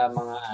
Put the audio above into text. mga